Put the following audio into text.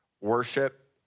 worship